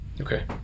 Okay